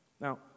Now